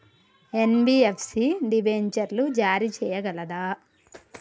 NBFC డిబెంచర్లు జారీ చేయగలదా?